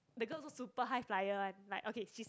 the girl also super high flyer one okay she's